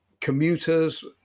commuters